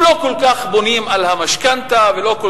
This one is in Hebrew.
הם לא כל כך בונים על המשכנתה ולא כל